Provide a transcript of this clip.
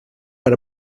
per